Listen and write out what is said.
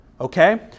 Okay